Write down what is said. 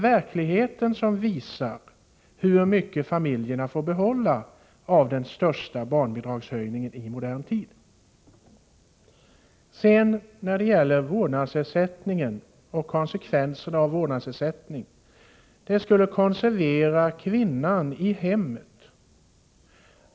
Verkligheten visar hur mycket familjerna får behålla av den största barnbidragsförhöjningen i modern tid. När det gäller vårdnadsersättningen och konsekvenserna av den menar Anita Persson att den konserverar kvinnans ställning i hemmet.